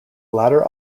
latter